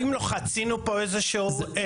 האם לא חצינו פה איזשהו קו.